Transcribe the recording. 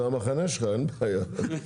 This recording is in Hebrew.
נו, זה המחנה שלך, אין בעיה.